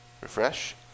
Refresh